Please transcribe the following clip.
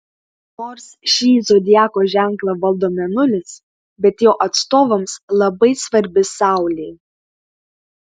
nors šį zodiako ženklą valdo mėnulis bet jo atstovams labai svarbi saulė